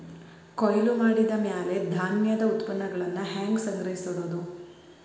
ಕೊಯ್ಲು ಮಾಡಿದ ಮ್ಯಾಲೆ ಧಾನ್ಯದ ಉತ್ಪನ್ನಗಳನ್ನ ಹ್ಯಾಂಗ್ ಸಂಗ್ರಹಿಸಿಡೋದು?